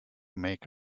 make